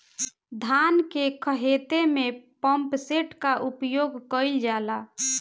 धान के ख़हेते में पम्पसेट का उपयोग कइल जाला?